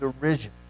derision